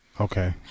Okay